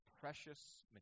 precious